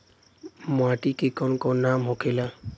माटी के कौन कौन नाम होखे ला?